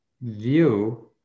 view